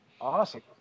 Awesome